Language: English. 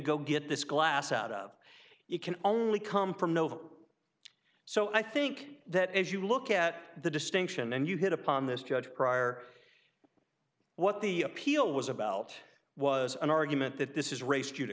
go get this glass out of it can only come from nova so i think that as you look at the distinction and you hit upon this judge crier what the appeal was about was an argument that this is raced you to